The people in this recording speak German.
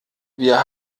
wir